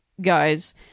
guys